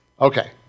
Okay